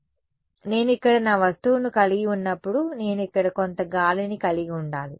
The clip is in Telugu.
కాబట్టి నేను ఇక్కడ నా వస్తువును కలిగి ఉన్నప్పుడు నేను ఇక్కడ కొంత గాలిని కలిగి ఉండాలి